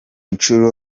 nshuro